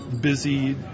busy